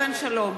סילבן שלום,